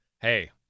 hey